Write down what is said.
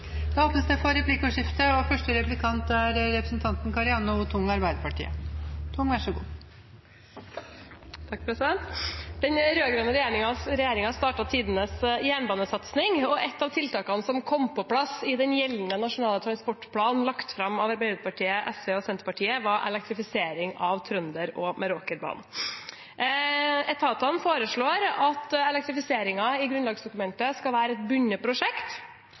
Den rød-grønne regjeringen startet tidenes jernbanesatsing, og et av tiltakene som kom på plass i den gjeldende nasjonale transportplanen lagt fram av Arbeiderpartiet, SV og Senterpartiet, var elektrifisering av Trønderbanen og Meråkerbanen. Etatene foreslår i grunnlagsdokumentet at elektrifiseringen skal være et bundet prosjekt.